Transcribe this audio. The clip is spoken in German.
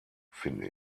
finde